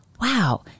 wow